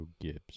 Gibbs